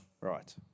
Right